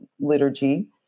liturgy